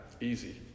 easy